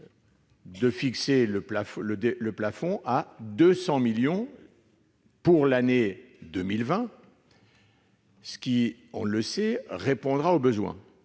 de fixer le plafond à 200 millions d'euros pour l'année 2020, ce qui, on le sait, répondra aux besoins.